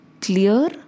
clear